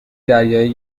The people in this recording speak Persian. دریایی